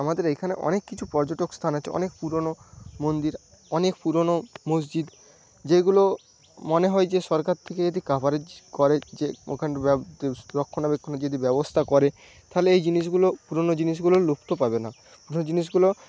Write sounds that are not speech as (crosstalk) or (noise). আমাদের এইখানে অনেক কিছু পর্যটক স্থান আছে অনেক পুরোনো মন্দির অনেক পুরোনো মসজিদ যেগুলো মনে হয় যে সরকার থেকে যদি কভারেজ করে যে ওখানে (unintelligible) রক্ষণাবেক্ষণের যদি ব্যবস্থা করে তাহলে এই জিনিসগুলো পুরোনো জিনিসগুলো লুপ্ত পাবে না বা জিনিসগুলো